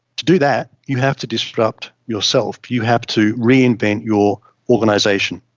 to do that you have to disrupt yourself, you have to reinvent your organisation.